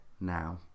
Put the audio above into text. Now